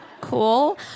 cool